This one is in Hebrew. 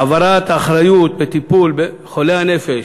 העברת אחריות לטיפול בחולי הנפש,